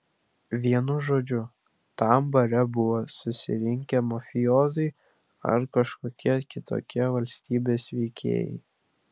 vienu žodžiu tam bare buvo susirinkę mafijoziai ar kažkokie kitokie valstybės veikėjai